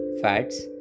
fats